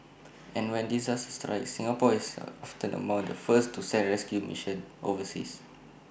and when disaster strikes Singapore is often among the first to send rescue missions overseas